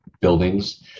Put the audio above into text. buildings